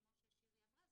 וכמו ששירי אמרה,